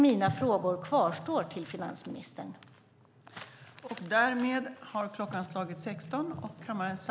Mina frågor till finansministern kvarstår.